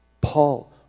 Paul